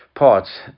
Parts